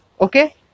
okay